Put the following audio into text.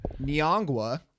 niangua